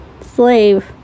Slave